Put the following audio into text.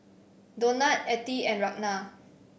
Donat Ethie and Ragna